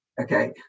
okay